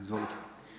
Izvolite.